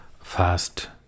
fast